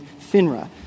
FINRA